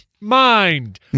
mind